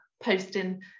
posting